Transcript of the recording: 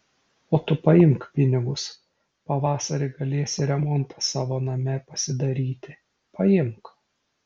o tu paimk pinigus pavasarį galėsi remontą savo name pasidaryti paimk